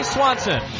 Swanson